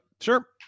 Sure